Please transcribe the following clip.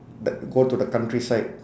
t~ go to the countryside